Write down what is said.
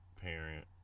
parent